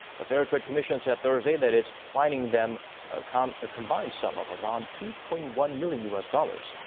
the fair trade commission said thursday that it's fining them them kind of a combined sum of around two point one million u s. dollars.